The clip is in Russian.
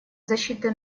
защите